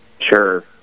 Sure